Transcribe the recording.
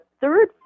third